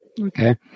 Okay